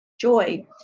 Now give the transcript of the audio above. joy